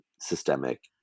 systemic